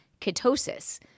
ketosis